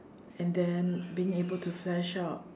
and then being able to flash out